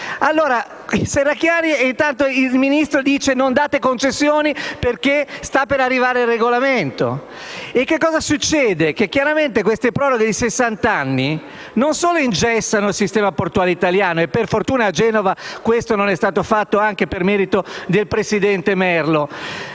Debora Serracchiani. E intanto il Ministro dice di non dare concessioni perché sta per essere emesso il regolamento. E che cosa succede? Queste proroghe di sessant'anni non solo ingessano il sistema portuale italiano (e per fortuna a Genova questo non è stato fatto anche per merito del presidente Merlo),